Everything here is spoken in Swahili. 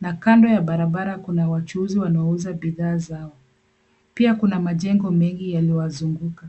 na kando ya barabara kuna wachuuzi wanaouza bidhaa zao. Pia kuna majengo mengi yaliyoyazunguka.